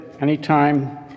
anytime